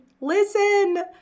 listen